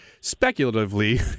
speculatively